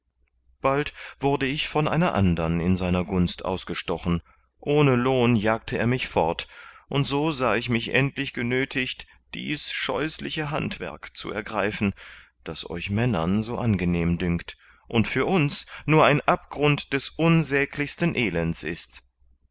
bald wurde ich von einer andern in seiner gunst ausgestochen ohne lohn jagte er mich fort und so sah ich mich endlich genöthigt dies scheusliche handwerk zu ergreifen das euch männern so angenehm dünkt und für uns nur ein abgrund des unsäglichsten elends ist